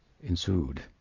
ensued